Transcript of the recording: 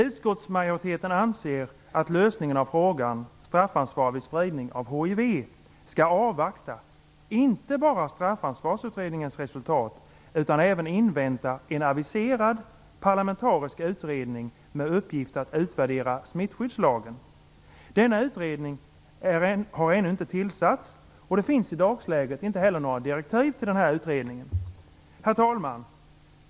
Utskottsmajoriteten anser att man vid lösningen av frågan om straffansvar vid spridning av hivsmitta skall avvakta, inte bara Straffansvarsutredningens resultat utan även invänta en aviserad parlamentarisk utredning med uppgift att utvärdera smittskyddslagen. Denna utredning har ännu inte tillsatts, och det finns i dagsläget inte heller några direktiv till utredningen. Herr talman!